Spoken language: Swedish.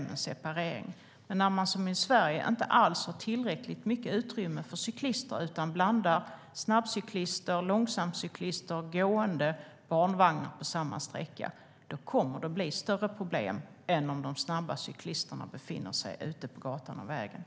Men när man som i Sverige inte har tillräckligt utrymme för cyklister utan blandar snabbcyklister, långsamcyklister, gående och barnvagnar på samma sträcka kommer det att bli större problem än om de snabba cyklisterna befinner sig ute på gatorna och vägarna.